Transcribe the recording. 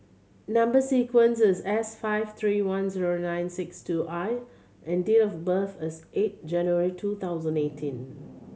number sequence is S five three one zero nine six two I and date of birth is eight January two thousand eighteen